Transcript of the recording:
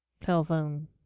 telephone